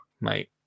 mate